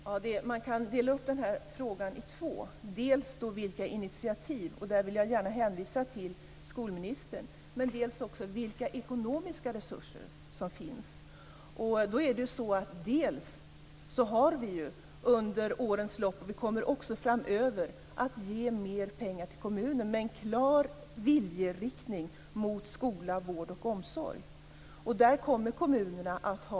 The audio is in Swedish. Herr talman! Man kan dela upp den här frågan i två delar. Dels handlar det om vilka initiativ som behövs - och där vill jag gärna hänvisa till skolministern - dels vilka ekonomiska resurser som finns. Under årens lopp har vi gett mer pengar till kommunerna med en klar viljeriktning mot skola, vård och omsorg, och det kommer vi också att göra framöver.